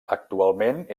actualment